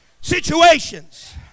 situations